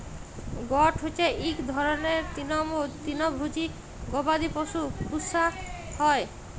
goat হচ্যে ইক রকমের তৃলভজী গবাদি পশু পূষা হ্যয়